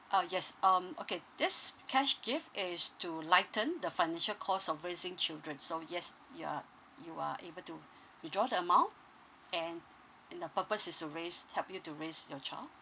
ah yes um okay this cash gift it is to lighten the financial cost of raising children so yes you are you are able to withdraw the amount and and the purpose is to raise help you to raise your child